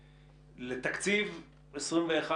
בטח לאזרחים ובטח במצב הנוכחי,